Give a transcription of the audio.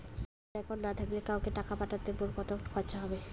নিজের একাউন্ট না থাকিলে কাহকো টাকা পাঠাইতে মোর কতো খরচা হবে?